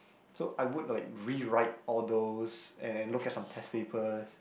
so I would like rewrite all those and look at some tests papers